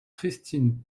christine